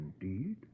Indeed